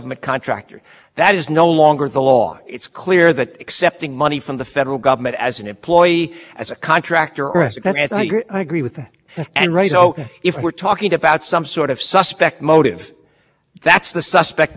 the law it's clear that accepting money from the federal government as an employee as a contractor or i agree with that and right ok if we're talking about some sort of suspect motive that's the suspect motive but i don't think we have to show